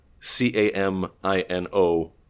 C-A-M-I-N-O